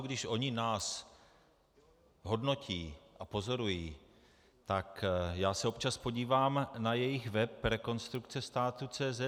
Když oni nás hodnotí a pozorují, tak já se občas podívám na jejich web rekonstrukcestatu.cz